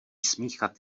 smíchat